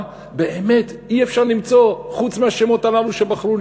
באמת אי-אפשר למצוא חוץ מהשמות הללו שבחרו,